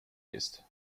ist